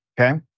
okay